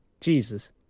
Jesus